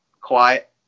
quiet